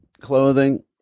clothing